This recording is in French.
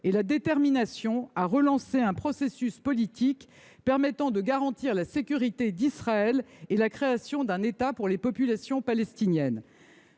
la détermination à relancer un processus politique permettant de garantir à la fois la sécurité d’Israël et la création d’un État pour les populations palestiniennes.